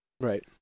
Right